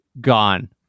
gone